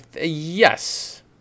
Yes